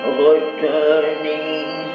returning